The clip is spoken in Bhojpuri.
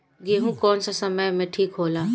गेहू कौना समय मे ठिक होला?